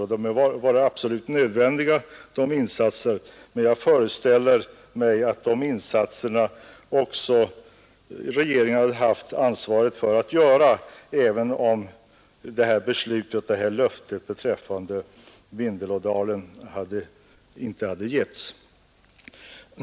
De har emellertid varit absolut nödvändiga, och jag föreställer mig att regeringen hade fått lov att göra dem även om löftet beträffande Vindelådalen inte hade getts.